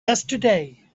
yesterday